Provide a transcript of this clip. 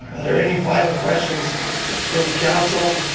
there any final questions from council?